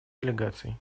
делегаций